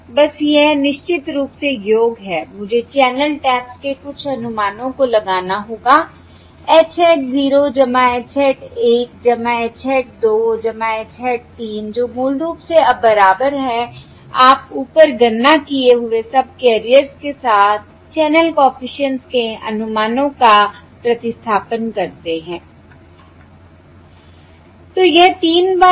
बस यह निश्चित रूप से योग है मुझे चैनल टैप्स के कुछ अनुमानों को लगाना होगा H hat 0 H hat 1 H hat 2 H hat 3 जो मूल रूप से अब बराबर है आप ऊपर गणना किए हुए सबकैरियर्स के साथ चैनल कॉफिशिएंट्स के अनुमानों का प्रतिस्थापन्न करते हैं